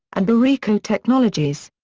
and berico technologies.